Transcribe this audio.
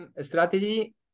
strategy